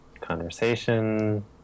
conversation